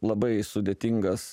labai sudėtingas